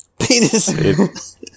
Penis